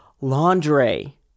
Laundry